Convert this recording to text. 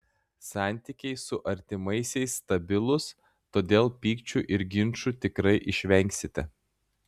santykiai su artimaisiais stabilūs todėl pykčių ir ginčų tikrai išvengsite